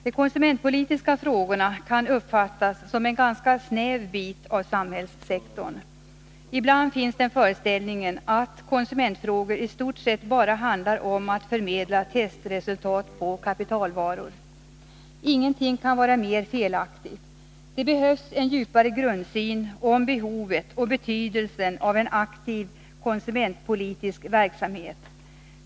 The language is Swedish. De konsumentpolitiska frågorna kan uppfattas som en ganska snäv bit av samhällssektorn. Ibland finns den föreställningen att konsumentfrågor i stort sett bara handlar om att förmedla testresultat på kapitalvaror. Ingenting kan vara mer felaktigt. Det behövs en djupare grundsyn om behovet och betydelsen av en aktiv konsumentpolitisk verksamhet.